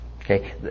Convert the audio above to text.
Okay